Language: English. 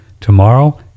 Tomorrow